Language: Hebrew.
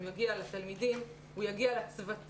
האם הוא יגיע לתלמידים והאם הוא יגיע לצוותים?